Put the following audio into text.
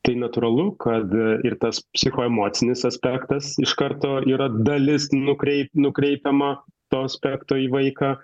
tai natūralu kad ir tas psichoemocinis aspektas iš karto yra dalis nukreipiama to spektro į vaiką